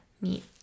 meet